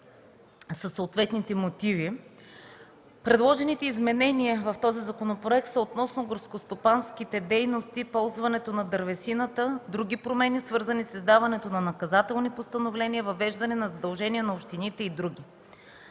със съответните мотиви. Предложените изменения в този законопроект са относно горскостопанските дейности, ползването на дървесината; други промени, свързани с издаването на наказателни постановления, въвеждане на задължения на общините и други.